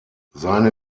seine